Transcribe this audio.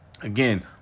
again